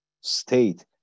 state